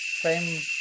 frame